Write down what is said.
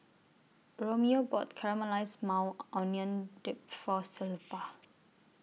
Romeo bought Caramelized Maui Onion Dip For Zilpah